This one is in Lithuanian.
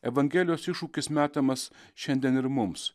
evangelijos iššūkis metamas šiandien ir mums